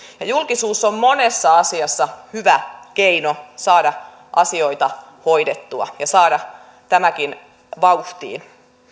ja julkisuus on monessa asiassa hyvä keino saada asioita hoidettua ja saada tämäkin vauhtiin